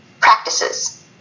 practices